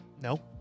No